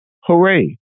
hooray